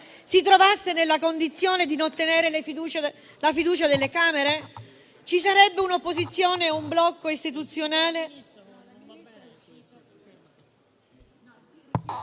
si trovasse nella condizione di non ottenere la fiducia delle Camere? Ci sarebbe un'opposizione e un blocco istituzionale...